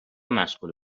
مشغول